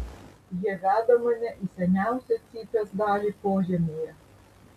jie veda mane į seniausią cypės dalį požemyje